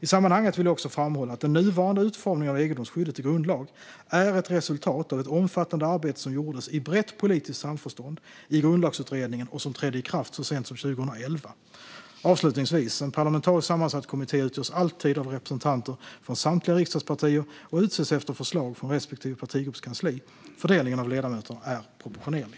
I sammanhanget vill jag också framhålla att den nuvarande utformningen av egendomsskyddet i grundlag är ett resultat av ett omfattande arbete som gjordes i brett politiskt samförstånd i Grundlagsutredningen, och detta trädde i kraft så sent som 2011. Avslutningsvis: En parlamentariskt sammansatt kommitté utgörs alltid av representanter från samtliga riksdagspartier, och de utses efter förslag från respektive partigrupps kansli. Fördelningen av ledamöterna är proportionerlig.